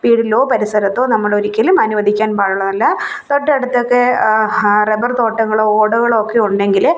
വീടിലോ പരിസരത്തോ നമ്മളൊരിക്കലും അനുവദിക്കാൻ പാടുള്ളതല്ല തൊട്ടടുത്തൊക്കെ റബ്ബർ തോട്ടങ്ങളെോ ഓടകളോ ഒക്കെയുണ്ടെങ്കില്